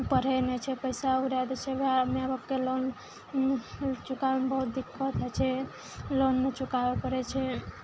पढ़य नहि छै पैसा उड़ा दै छै वएह मैआ बापके लोन चुकाबयमे बहुत दिक्कत होइ छै लोन नहि चुकाबय पाड़य छै